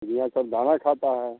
चिड़िया सब दाना खाता है